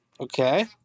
Okay